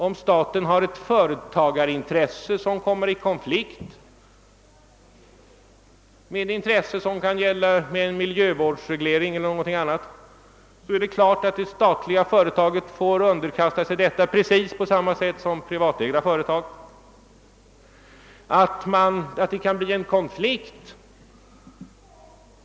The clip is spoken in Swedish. Om statens företagarintresse kommer i konflikt med exempelvis miljövårdsintresset, är det självklart att det statliga företaget får på samma sätt som privatägda företag foga sig i de föreskrifter som utfärdas.